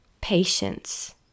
patience